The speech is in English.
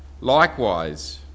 likewise